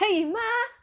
可以吗